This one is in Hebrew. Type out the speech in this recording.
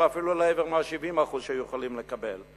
או אפילו מעבר ל-70% שיכולים לקבל?